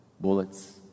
Bullets